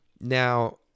Now